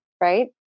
right